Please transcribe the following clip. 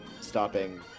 stopping